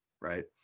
right